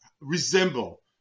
resemble